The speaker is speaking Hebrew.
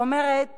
אומרת